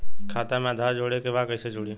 खाता में आधार जोड़े के बा कैसे जुड़ी?